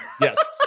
Yes